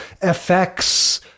FX